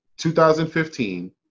2015